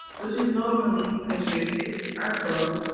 which is normally constricted or closed,